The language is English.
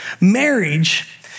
marriage